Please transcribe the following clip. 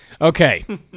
Okay